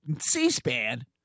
C-SPAN